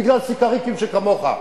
בגלל סיקריקים שכמוך.